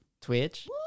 Twitch